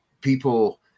people